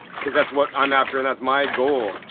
because that's what i'm after and that's my goal.